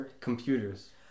computers